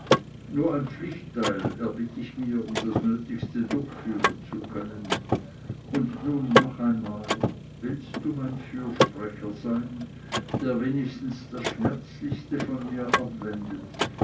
nur ein pflichtteil erbitt ich mir um das nötigste durchführen zu können und nun noch einmal willst du mein fürsprecher sein der wenigstens das schmerzlichste von mir abwendet